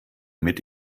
mit